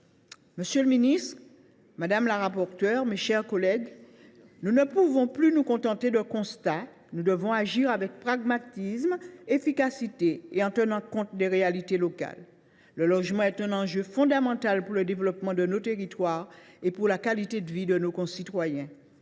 Monsieur le ministre, madame le rapporteur, mes chers collègues, nous ne pouvons plus nous contenter de constats. Nous devons agir de façon pragmatique, avec efficacité et en tenant compte des réalités locales. Le logement est un enjeu fondamental pour le développement de nos territoires et pour la qualité de vie de nos concitoyens.